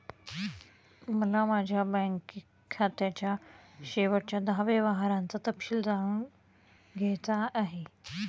मला माझ्या बँक खात्याच्या शेवटच्या दहा व्यवहारांचा तपशील जाणून घ्यायचा आहे